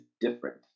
different